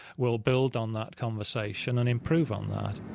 we'll build on that conversation and improve on that